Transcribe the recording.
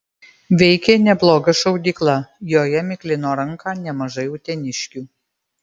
veikė nebloga šaudykla joje miklino ranką nemažai uteniškių